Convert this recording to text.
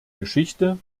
geschichte